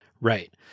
Right